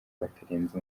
batarenze